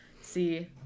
see